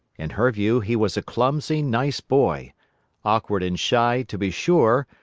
in her view he was a clumsy, nice boy awkward and shy, to be sure,